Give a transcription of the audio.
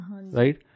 right